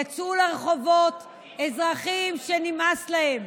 יצאו לרחובות אזרחים שנמאס להם,